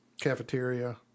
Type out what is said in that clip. cafeteria